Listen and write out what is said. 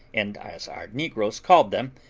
and, as our negroes called them,